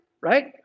right